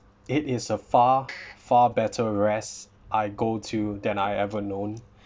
it is a far far better rest I go to than I've ever known